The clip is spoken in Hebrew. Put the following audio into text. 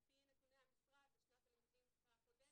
על פי נתוני המשרד, בשנת הלימודים הקודמת